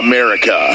America